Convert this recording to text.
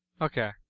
Okay